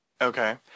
Okay